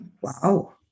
Wow